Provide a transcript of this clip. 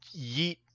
yeet